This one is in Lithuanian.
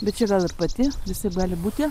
bet čia gal ir pati visaip gali būti